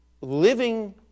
living